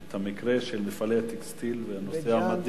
היה לנו המקרה של מפעלי טקסטיל בנושא המדים,